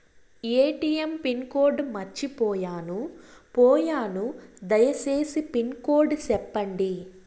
ATM pin code మర్చిపోయాను పోయాను దయసేసి పిన్ కోడ్ సెప్పండి?